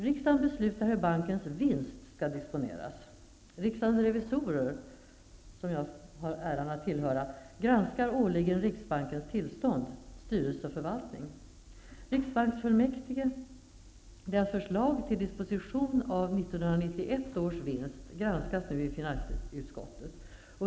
Riksdagen beslutar hur bankens vinst skall disponeras. Riksdagens revisorer, som jag har äran att tillhöra, granskar årligen riksbankens tillstånd, styrelse och förvaltning. Riksbanksfullmäktiges förslag till disposition av 1991 års vinst granskas nu i finansutskottet.